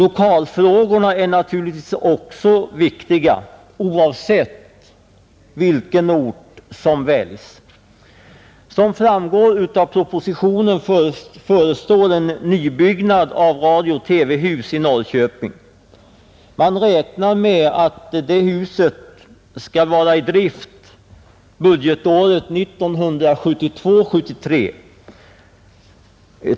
Lokalfrågorna är naturligtvis viktiga oavsett vilken ort som väljs. Som framgår av propositionen förestår en nybyggnad av radio-TV-hus i Norrköping. Man räknar med att det huset skall vara i drift budgetåret 1972/73.